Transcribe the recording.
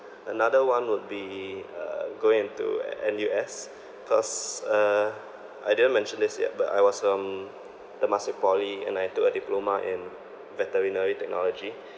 another one would be uh going into N_U_S cause uh I didn't mention this yet but I was from temasek poly and I took a diploma in veterinary technology